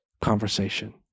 conversation